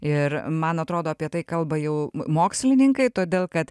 ir man atrodo apie tai kalba jau mokslininkai todėl kad